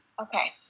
Okay